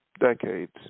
decades